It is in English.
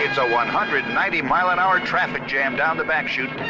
it's a one hundred and ninety mile an hour traffic jam down the back chute